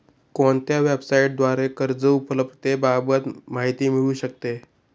कोणत्या वेबसाईटद्वारे कर्ज उपलब्धतेबाबत माहिती मिळू शकते?